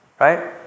right